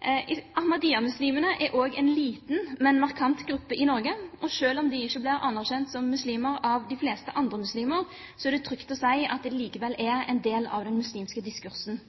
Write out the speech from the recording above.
er også en liten, men markant gruppe i Norge, og selv om de ikke blir anerkjent som muslimer av de fleste andre muslimer, er det trygt å si at de likevel er en del av den muslimske diskursen.